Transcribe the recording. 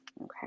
Okay